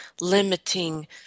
limiting